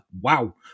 Wow